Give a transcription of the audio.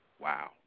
Wow